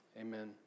amen